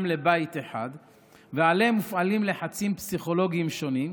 לבית אחד ומופעלים עליהם לחצים פסיכולוגיים שונים,